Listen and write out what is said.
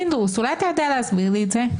פינדרוס, אולי אתה יודע להסביר לי את זה?